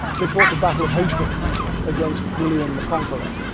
they fought the battle of hastings against william the conqueror.